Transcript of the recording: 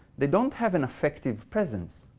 they don't have an affective presence.